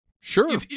Sure